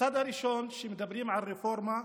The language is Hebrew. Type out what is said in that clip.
לצד הראשון, שמדבר על רפורמה,